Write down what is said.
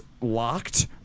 locked